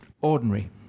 ordinary